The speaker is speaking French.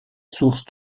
source